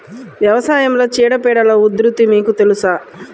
వ్యవసాయంలో చీడపీడల ఉధృతి మీకు తెలుసా?